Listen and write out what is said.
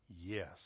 yes